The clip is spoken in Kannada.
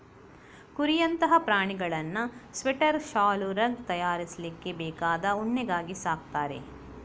ಕುರಿಯಂತಹ ಪ್ರಾಣಿಗಳನ್ನ ಸ್ವೆಟರ್, ಶಾಲು, ರಗ್ ತಯಾರಿಸ್ಲಿಕ್ಕೆ ಬೇಕಾದ ಉಣ್ಣೆಗಾಗಿ ಸಾಕ್ತಾರೆ